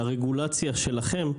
שהרגולציה שלכם,